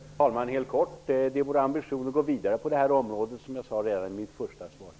Herr talman! Helt kort: Som jag redan i mitt första svar sade är det vår ambition att gå vidare på det här området.